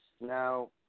Now